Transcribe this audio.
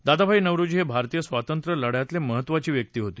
दादाभाई नौरोजी हे भारतीय स्वातंत्र्यं लढ्यातले महत्त्वाची व्यक्ती होती